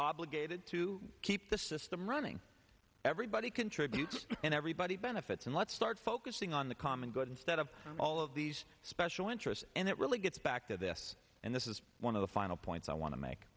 obligated to keep the system running everybody contributes and everybody benefits and let's start focusing on the common good instead of all of these special interests and it really gets back to this and this is one of the final points i want to make